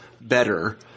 better